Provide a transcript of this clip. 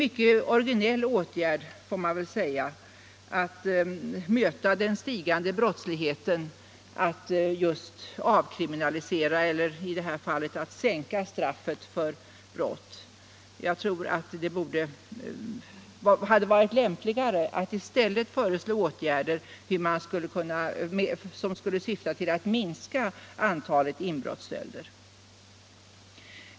Att avkriminalisera eller som i detta fall sänka straffet för brott får man väl säga är en mycket originell åtgärd för att möta den stigande brottsligheten. Det hade varit lämpligare, tycker jag, att föreslå åtgärder som kunde minska antalet inbrottsstölder.